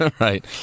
Right